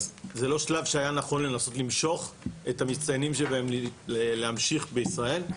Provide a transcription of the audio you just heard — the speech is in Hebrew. זה לא השלב שהיה נכון לנסות למשוך את המצטיינים שבהם להמשיך בישראל?